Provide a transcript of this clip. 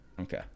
Okay